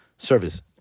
Service